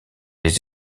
les